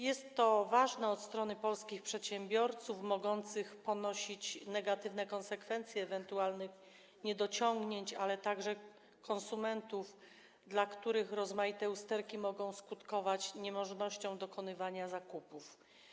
Jest to ważne dla polskich przedsiębiorców mogących ponosić negatywne konsekwencje ewentualnych niedociągnięć, ale także konsumentów, dla których rozmaite usterki mogą skutkować niemożnością dokonywania zakupów.